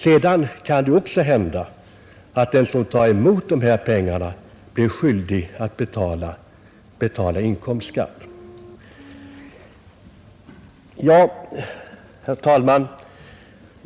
Sedan kan det hända att den som tar emot dessa pengar blir skyldig att betala inkomstskatt. Herr talman!